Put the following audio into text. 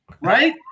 right